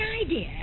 idea